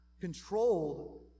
controlled